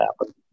happen